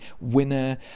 winner